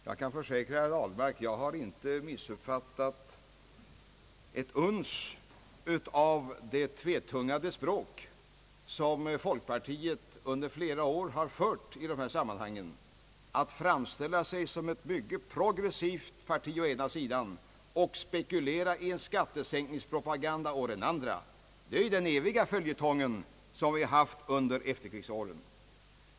Jag kan försäkra herr Ahlmark att jag inte missuppfattat ett uns av det tvetungade språk som folkpartiet under flera år har fört i dessa sammanhang: att å ena sidan framställa sig som ett mycket progressivt parti och å andra sidan spekulera i skattesänkningspropaganda. Det är ju den eviga följetongen under eftierkrigsåren.